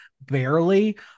Barely